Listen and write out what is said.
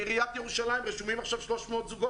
בעיריית ירושלים רשומים עכשיו 300 זוגות